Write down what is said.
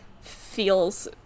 feels